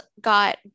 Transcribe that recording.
got